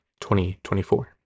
2024